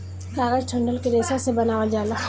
कागज डंठल के रेशा से बनावल जाला